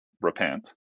repent